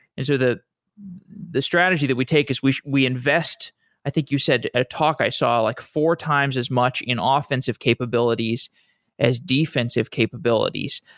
and so the the strategy that we take is we we invest i think you said, a talk i saw, like four times as much in ah offensive capabilities as defensive capabilities.